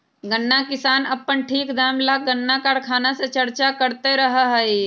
गन्ना किसान अपन ठीक दाम ला गन्ना कारखाना से चर्चा करते रहा हई